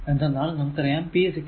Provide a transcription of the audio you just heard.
എന്തെന്നാൽ നമുക്കറിയാം p dwdt